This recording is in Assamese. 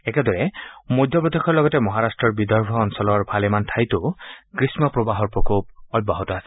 একেদৰে মধ্য প্ৰদেশৰ লগতে মহাৰা্ট্টৰ বিদৰ্ভ অঞ্চলৰ ভালেমান ঠাইত গ্ৰীষ্ম প্ৰবাহৰ প্ৰকোপ অব্যাহত আছে